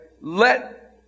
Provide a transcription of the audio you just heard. let